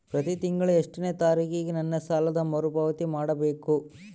ಪ್ರತಿ ತಿಂಗಳು ಎಷ್ಟನೇ ತಾರೇಕಿಗೆ ನನ್ನ ಸಾಲದ ಮರುಪಾವತಿ ಮಾಡಬೇಕು?